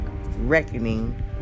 reckoning